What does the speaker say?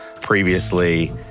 Previously